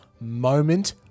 moment